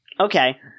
Okay